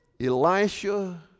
Elisha